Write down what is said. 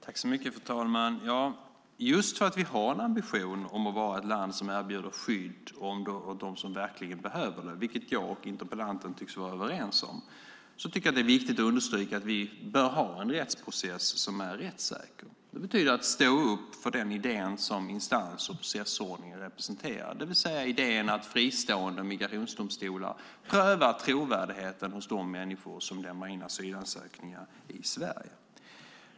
Fru talman! Vi har ambitionen att vara ett land som erbjuder skydd för dem som verkligen behöver det. Det tycks jag och interpellanten vara överens om. Det är viktigt att understryka att vi bör ha en rättsprocess som är rättssäker. Det betyder att stå upp för den idé som instans och processordningen representerar, det vill säga idén att fristående migrationsdomstolar prövar trovärdigheten hos de människor som lämnar in asylansökningar i Sverige.